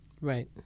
Right